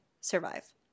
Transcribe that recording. survive